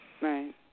Right